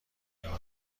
نمی